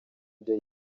ibyo